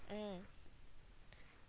mm